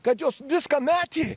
kad jos viską metė